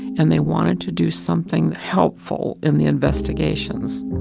and they wanted to do something helpful in the investigation.